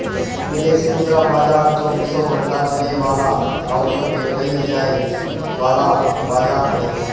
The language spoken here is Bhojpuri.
विदेशी मुद्रा बाजार चौबीसो घंटा चले वाला काउंटर पे कईल जाए वाला बाजार हवे